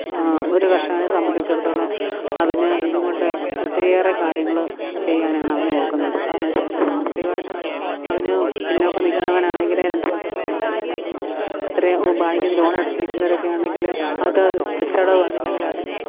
ഒരു കർഷകനെ സംമ്പന്ധിച്ചെടുത്തോളം അവൻ ഇതുംകൊണ്ട് ഒത്തിരിയേറെ കാര്യങ്ങൾ ചെയ്യാനാണ് അവൻ നോക്കുന്നത് കാരണം വച്ചാൽ സാമ്പത്തികമായിട്ട് അവൻ പിന്നോക്കം നിൽക്കുന്നവനാണെങ്കിലെ രണ്ടു പശുക്കളെ വളർത്തുകയാണെങ്കിൽ അത്രയും ബാങ്കിൽ നിന്ന് ലോണെടുത്തിരിക്കുന്നവരൊക്കെ ആണെങ്കിൽ അതാത് തിരിച്ചടവ് വന്നില്ലെങ്കിൽ അതിന്